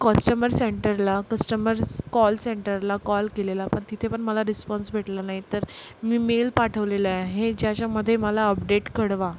customer सेंटरला customers call सेंटरला call केलेला पण तिथे पण मला रिस्पाँस भेटला नाही तर मी मेल पाठवलेला आहे ज्याच्यामध्ये मला अपडेट कळवा